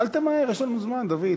אל תמהר, יש לנו זמן, דוד.